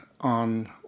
on